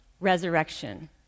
resurrection